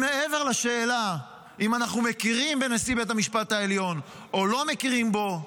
מעבר לשאלה אם אנחנו מכירים בנשיא בית המשפט העליון או לא מכירים בו,